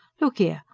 look here,